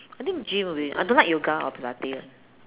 I think gym will be I don't like yoga or Pilates